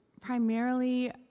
primarily